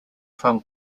from